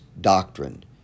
doctrine